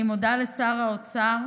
אני מודה לשר האוצר